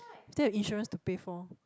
still have insurance to pay for